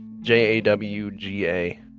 J-A-W-G-A